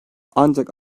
ancak